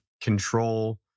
control